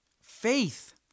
Faith